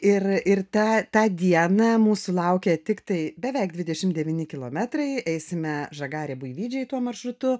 ir ir tą tą dieną mūsų laukia tiktai beveik dvidešimt devyni kilometrai eisime žagarė buivydžiai tuo maršrutu